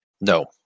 No